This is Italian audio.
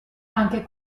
anche